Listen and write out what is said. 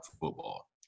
football